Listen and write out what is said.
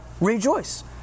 rejoice